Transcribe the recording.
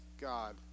God